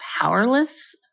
powerless